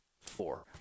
Four